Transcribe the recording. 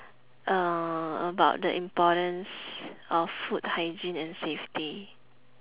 uh about the importance of food hygiene and safety